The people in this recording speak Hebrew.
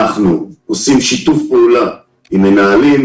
אנחנו עושים שיתוף פעולה עם מנהלים,